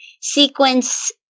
sequence